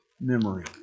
memory